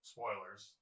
Spoilers